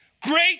great